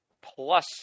plus